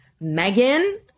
megan